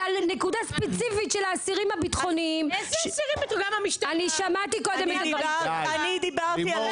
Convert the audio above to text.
לימור סון הר מלך (עוצמה יהודית): אני לא אמרתי את זה.